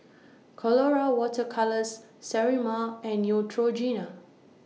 Colora Water Colours Sterimar and Neutrogena